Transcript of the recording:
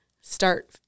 start